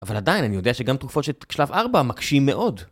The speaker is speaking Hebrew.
אבל עדיין, אני יודע שגם תרופות של שלב 4 מקשים מאוד.